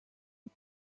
und